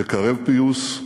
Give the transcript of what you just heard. לקרֵב פיוס,